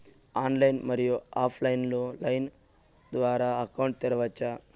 Online, మరియు offline line ద్వారా account తెరవచ్చా?